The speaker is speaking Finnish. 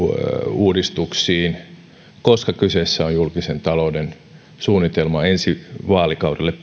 uudistuksiin koska kyseessä on julkisen talouden suunnitelma pitkälle ensi vaalikaudelle